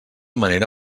manera